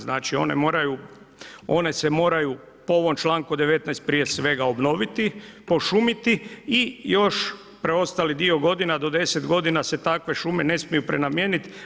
Znači one se moraju po ovom članku 19. prije svega obnoviti, pošumiti i još preostali dio godina do 10 godina se takve šume ne smiju prenamijenit.